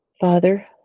Father